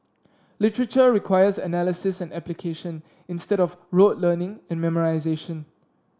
literature requires analysis and application instead of rote learning and memorisation